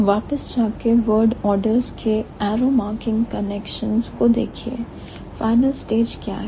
वापस जाकर word orders के एरो चिन्हित कनेक्शनस को देखिए फाइनल स्टेज क्या है